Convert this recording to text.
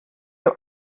you